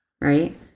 Right